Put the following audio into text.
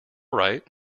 right